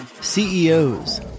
CEOs